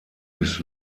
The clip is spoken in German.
bis